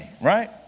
right